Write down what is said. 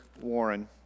Warren